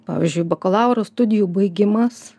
pavyzdžiui bakalauro studijų baigimas